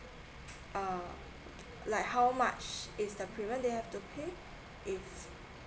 uh like how much is the period that I have to pay if